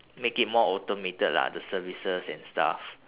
make it more automated lah the services and stuff